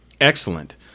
Excellent